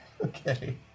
Okay